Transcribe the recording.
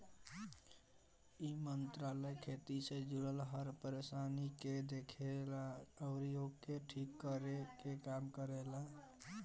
इ मंत्रालय खेती से जुड़ल हर परेशानी के देखेला अउरी ओके ठीक करे के काम करेला